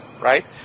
right